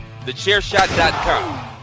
TheChairShot.com